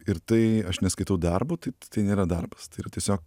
ir tai aš neskaitau darbu tai tai nėra darbas tai yra tiesiog